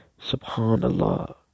SubhanAllah